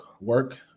work